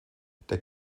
der